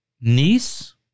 niece